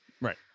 Right